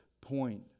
point